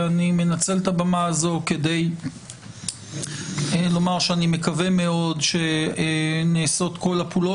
ואני מנצל את הבמה הזאת כדי לומר שאני מקווה מאוד שנעשות כול הפעולות.